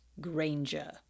Granger